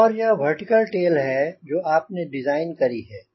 और यह vertical tail है जो आपने डिज़ाइन करी है